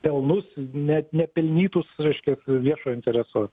pelnus net nepelnytus reiškia viešojo intereso